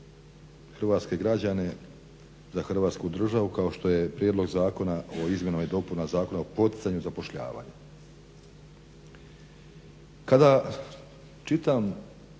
hrvatske građane, za Hrvatsku državu kao što je Prijedlog zakona o izmjenama i dopunama zakona o poticanju zapošljavanja. Kada čitam